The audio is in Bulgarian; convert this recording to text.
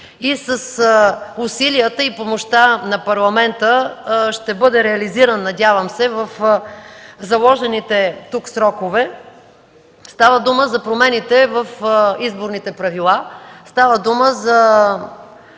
и с усилията и помощта на Парламента, ще бъде реализиран, надявам се, в заложените тук срокове. Става дума за промените в изборните правила, за сериозния